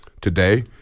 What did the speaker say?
Today